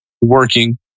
working